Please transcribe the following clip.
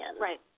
Right